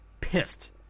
pissed